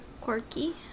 quirky